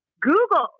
Google